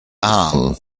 arm